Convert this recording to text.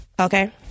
okay